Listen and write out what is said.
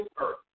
earth